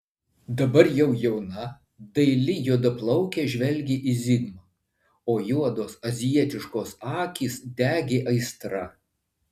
dabar jau jauna daili juodaplaukė žvelgė į zigmą o juodos azijietiškos akys degė aistra